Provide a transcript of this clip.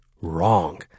Wrong